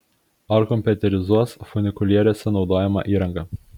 ar kompiuterizuos funikulieriuose naudojamą įrangą